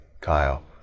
Kyle